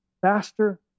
faster